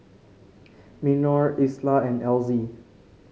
Minor Isla and Elzy